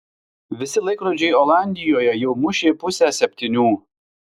visi laikrodžiai olandijoje jau mušė pusę septynių